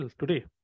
today